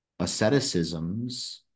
asceticisms